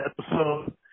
episode